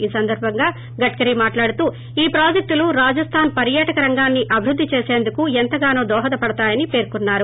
ఈ సందర్బంగా గడ్కరీ మాట్లాడుతూ ఈ ప్రాజెక్టులు రాజస్గాన్ పర్యాటక రంగాన్ని అభివృద్ధి చేసిందుకు ఎంతగానో దోహదపడతాయని పేర్కొన్సారు